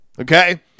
Okay